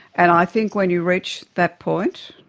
and i think when you reach that point,